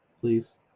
Please